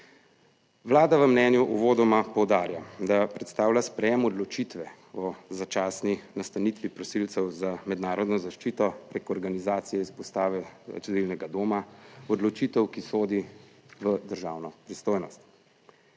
Vlada v mnenju uvodoma poudarja, da predstavlja sprejem odločitve o začasni nastanitvi prosilcev za mednarodno zaščito preko organizacije izpostave azilnega doma odločitev, ki sodi v državno pristojnost.